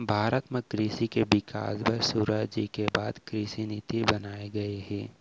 भारत म कृसि के बिकास बर सुराजी के बाद कृसि नीति बनाए गये हे